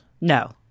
No